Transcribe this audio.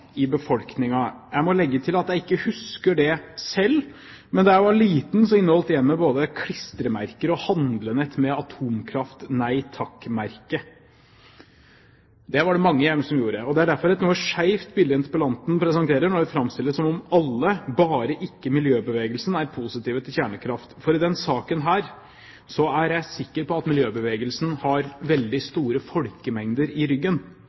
i befolkningen. Jeg må legge til at jeg ikke husker det selv, men da jeg var liten, inneholdt hjemmet både klistremerker og handlenett med «Atomkraft? Nei takk»-merke. Det var det mange hjem som gjorde. Det er derfor et noe skeivt bilde interpellanten presenterer når det framstilles som om alle, bare ikke miljøbevegelsen, er positive til kjernekraft. I denne saken er jeg sikker på at miljøbevegelsen har veldig store folkemengder i ryggen.